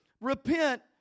repent